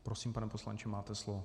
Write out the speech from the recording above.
Prosím, pane poslanče, máte slovo.